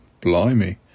Blimey